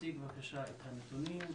תציג בבקשה את הנתונים,